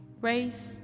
race